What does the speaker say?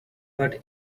but